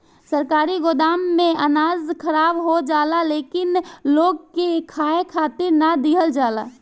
सरकारी गोदाम में अनाज खराब हो जाला लेकिन लोग के खाए खातिर ना दिहल जाला